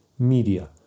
media